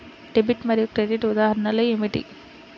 Debit మరియు credit ఉదాహరణలు ఏమిటీ?